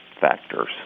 factors